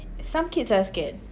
some kids are scared